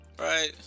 right